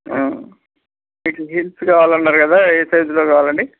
it heels కావాలన్నారు కదా ఏ సైజులో కావాలండి